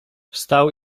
wstał